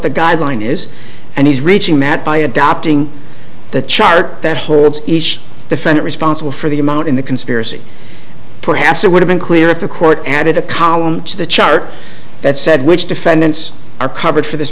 the guideline is and he's reaching matt by adopting the chart that holds each defender responsible for the amount in the conspiracy perhaps it would have been clear if the court added a column to the chart that said which defendants are covered for this